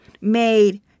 made